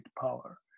power